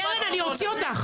קרן אני אוציא אותך.